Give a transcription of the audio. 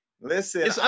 Listen